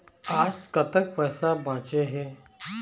आज कतक पैसा बांचे हे?